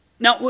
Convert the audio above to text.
Now